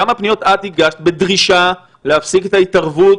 כמה פניות הגשת בדרישה להפסיק את ההתערבות